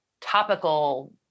topical